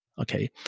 Okay